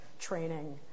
training